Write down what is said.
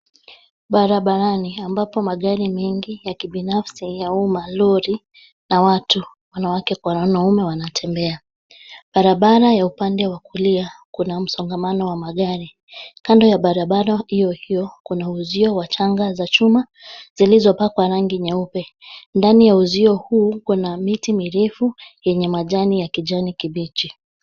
Barabarani ambapo magari mengi ya kibinafsi, ya uma, lori na watu wanawake kwa wanaume wanatembea. Barabara ya upande wakulia kuna msongamano wa magari. Kando ya barabara iyo hiyo kuna uzio wa changa za chuma zilizopakwa rangi nyeupe. Ndani ya uzio huu kuna miti mirefu yenye majani ya kijani kibichi.